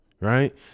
right